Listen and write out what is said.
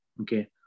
Okay